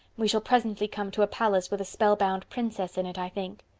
we shall presently come to a palace with a spellbound princess in it, i think.